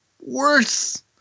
worse